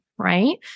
right